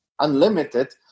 unlimited